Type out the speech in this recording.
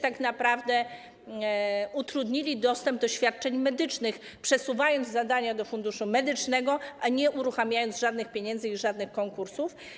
Tak naprawdę utrudniliście dostęp do świadczeń medycznych, przesuwając zadania do Funduszu Medycznego i nie uruchamiając żadnych pieniędzy i żadnych konkursów.